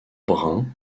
brun